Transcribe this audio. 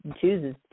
chooses